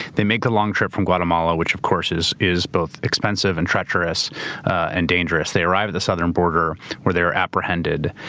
they make a long trip from guatemala, which of course is is both expensive and treacherous and dangerous. they arrive at the southern border where they are apprehended.